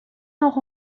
noch